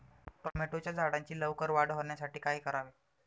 टोमॅटोच्या झाडांची लवकर वाढ होण्यासाठी काय करावे?